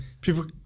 people